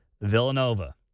Villanova